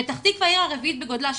פתח תקווה היא העיר הרביעית בגודלה,